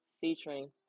featuring